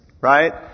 right